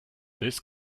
this